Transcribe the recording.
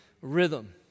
rhythm